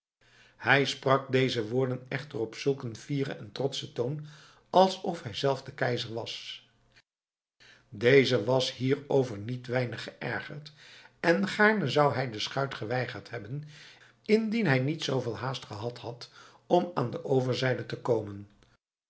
hij sprak deze woorden echter op zulk een fieren en trotschen toon alsof hij zelf de keizer was deze was hierover niet weinig geërgerd en gaarne zou hij de schuit geweigerd hebben indien hij niet zoo veel haast gehad had om aan de overzijde te komen